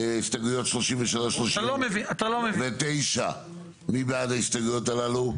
הסתייגויות 33 עד 39, מי בעד ההסתייגויות הללו?